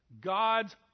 God's